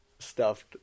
Stuffed